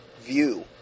view